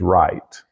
right